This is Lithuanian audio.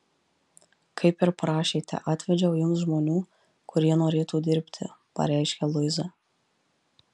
kaip ir prašėte atvedžiau jums žmonių kurie norėtų dirbti pareiškia luiza